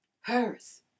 hers